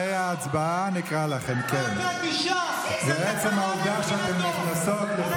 אני לא הולכת לעמוד פה.